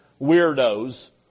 weirdos